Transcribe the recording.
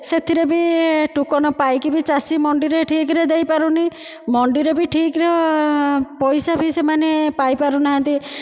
ସେଥିରେ ବି ଟୋକନ ପାଇକି ବି ଚାଷୀ ମଣ୍ଡିରେ ଠିକ୍ ରେ ଦେଇପାରୁନି ମଣ୍ଡିରେ ବି ଠିକ୍ ରେ ପଇସା ବି ସେମାନେ ପାଇପାରୁନାହାନ୍ତି